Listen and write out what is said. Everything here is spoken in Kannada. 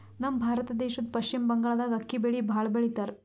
ನಮ್ ಭಾರತ ದೇಶದ್ದ್ ಪಶ್ಚಿಮ್ ಬಂಗಾಳ್ದಾಗ್ ಅಕ್ಕಿ ಬೆಳಿ ಭಾಳ್ ಬೆಳಿತಾರ್